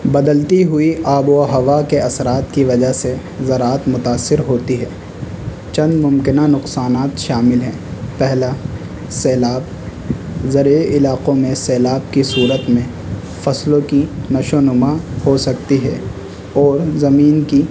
بدلتی ہوئی آب و ہوا کے اثرات کی وجہ سے زراعت متاثر ہوتی ہے چند ممکنہ نقصانات شامل ہیں پہلا سیلاب زرعی علاقوں میں سیلاب کی صورت میں فصلوں کی نشو و نما ہو سکتی ہے اور زمین کی